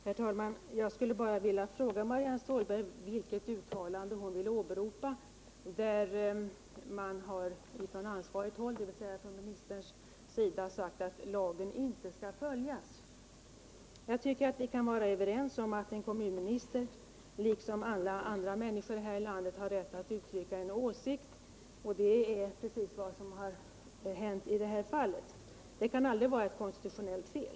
Herr talman! Jag skulle bara vilja fråga Marianne Stålberg vilket uttalande hon vill åberopa där man från ansvarigt håll, dvs. ministern, sagt att lagen inte skall följas. Jag tycker att vi kan vara överens om att en kommunminister liksom alla andra människor här i landet har rätt att uttrycka en åsikt, och det är precis vad som hänt i detta fall. Det kan aldrig vara ett konstitutionellt fel.